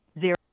zero